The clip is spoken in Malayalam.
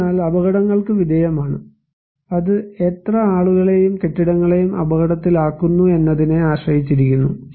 അതിനാൽ അപകടങ്ങൾക്ക് വിധേയമാണ് അത് എത്ര ആളുകളെയും കെട്ടിടങ്ങളെയും അപകടത്തിലാക്കുന്നു എന്നതിനെ ആശ്രയിച്ചിരിക്കുന്നു